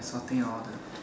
sorting all the